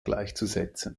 gleichzusetzen